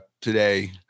today